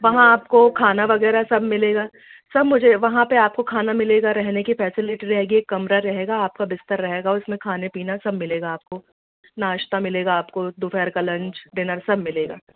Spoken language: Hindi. वहाँ आपको खाना वग़ैरह सब मिलेगा सब मुझे वहाँ पर आपको खाना मिलेगा रहने की फ़ेसिलिटी रहेगी एक कमरा रहेगा आपका बिस्तर रहेगा उसमें खाना पीना सब मिलेगा आपको नाश्ता मिलेगा आपको दोपहर का लंच डिनर सब मिलेगा